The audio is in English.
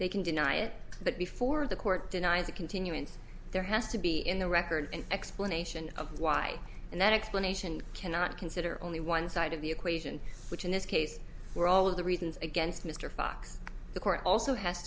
they can deny it but before the court denies a continuance there has to be in the record an explanation of why and that explanation cannot consider only one side of the equation which in this case were all of the reasons against mr fox